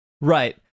Right